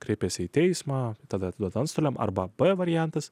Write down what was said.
kreipėsi į teismą tave atiduoti antstoliams arba b variantas